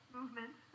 Movement